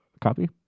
Copy